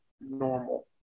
normal